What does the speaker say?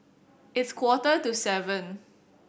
its quarter to seven